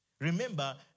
Remember